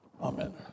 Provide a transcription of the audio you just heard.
Amen